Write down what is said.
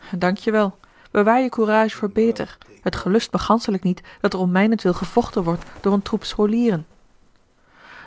school dankje wel bewaar je courage voor beter het gelust me ganschelijk niet dat er om mijnentwil gevochten wordt door een troep scholieren